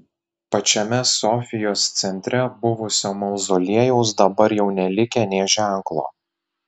pačiame sofijos centre buvusio mauzoliejaus dabar jau nelikę nė ženklo